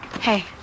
Hey